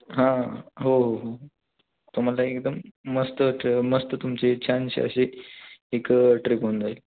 हां हो हो तुम्हाला एकदम मस्तच मस्त तुमचे छानसे असे एक ट्रिप होऊन जाईल